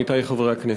עמיתי חברי הכנסת,